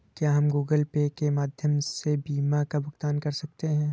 क्या हम Google Pay के माध्यम से बीमा का भुगतान कर सकते हैं?